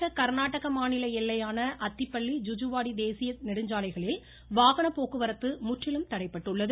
தமிழக கர்நாடக மாநில எல்லையான அத்திப்பள்ளி ஜுஜுவாடி தேசிய நெடுஞ்சாலைகளில் வாகன போக்குவரத்து முற்றிலும் தடைபட்டுள்ளது